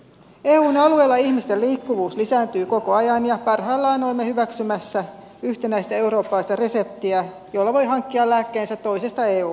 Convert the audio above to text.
eun alueella ihmisten liikkuvuus lisääntyy koko ajan ja parhaillaan olemme hyväksymässä yhtenäistä eurooppalaista reseptiä jolla voi hankkia lääkkeensä toisesta eu maasta